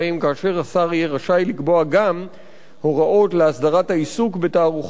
כאשר השר יהיה רשאי לקבוע גם הוראות להסדרת העיסוק בתערוכות,